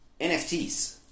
NFTs